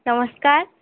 ନମସ୍କାର୍